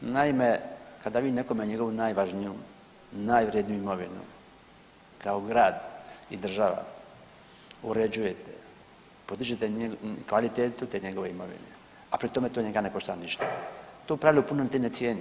Naime, kada vi nekome njegovu najvažniju, najvredniju imovinu kao grad i država uređujete, podižete kvalitetu te njegove imovine, a pri tome to njega ne košta ništa to u pravilu niti ne cijeni.